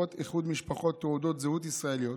תעודות זהות ישראליות.